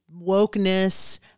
wokeness